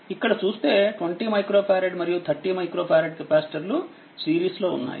ఇక్కడ చూస్తే 20 microfarad మరియు30 మైక్రో ఫారెడ్కెపాసిటర్లు సిరీస్లో ఉన్నాయి